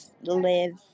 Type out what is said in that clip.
live